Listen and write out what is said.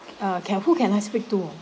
uh can who can I speak to